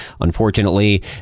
unfortunately